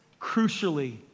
crucially